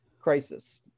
crisis